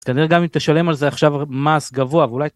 כנראה גם אם תשלם על זה עכשיו מס גבוה ואולי.